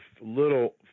little